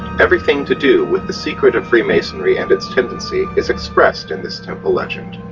everything to do with the secret of freemasonry and its tendency is expressed in this temple legend.